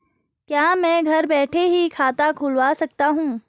क्या मैं घर बैठे ही खाता खुलवा सकता हूँ?